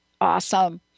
Awesome